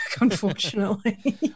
unfortunately